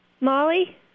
Molly